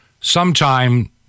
sometime